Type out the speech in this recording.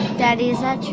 daddy, is that true?